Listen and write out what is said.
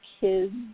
kids